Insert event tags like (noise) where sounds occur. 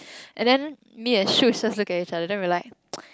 and then me and Siew just looked at each other and then we like (noise)